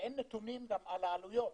אין גם נתונים על העלויות.